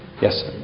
Yes